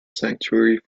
sanctuary